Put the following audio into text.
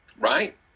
right